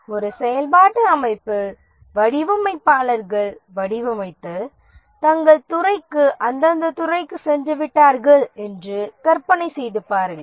ஒரு செயல்பாட்டு அமைப்பில் வடிவமைப்பாளர்கள் வடிவமைத்து தங்கள் துறைக்கு அந்தந்த துறைக்குச் சென்றுவிட்டார்கள் என்று கற்பனை செய்து பாருங்கள்